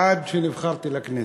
עד שנבחרתי לכנסת.